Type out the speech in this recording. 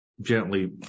gently